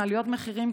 עם עליות מחירים,